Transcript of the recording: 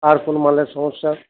আর কোনো মালের সমস্যা